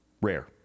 rare